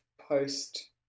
post